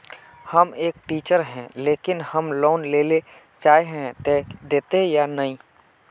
हम एक टीचर है लेकिन हम लोन लेले चाहे है ते देते या नय?